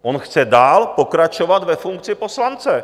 On chce dál pokračovat ve funkci poslance.